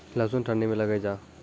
लहसुन ठंडी मे लगे जा?